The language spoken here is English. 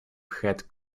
head